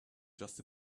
just